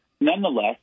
Nonetheless